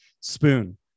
Spoon